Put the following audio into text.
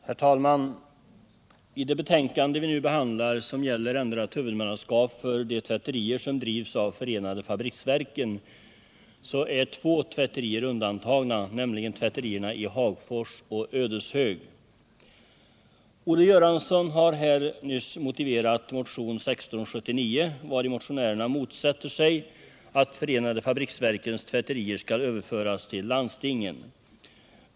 Herr talman! I det betänkande vi nu behandlar, som gäller ändrat hu = fabriksverkens vudmannaskap för de tvätterier som drivs av förenade fabriksverken, = tvätterier är två tvätterier undantagna, nämligen tvätterierna i Hagfors och Ödeshög. Olle Göransson har nyss motiverat motionen 1679, vari motionärerna motsätter sig att förenade fabriksverkens tvätterier skall överföras till landstingen.